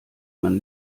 man